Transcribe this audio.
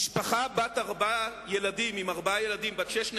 משפחה עם ארבעה ילדים, בת שש נפשות,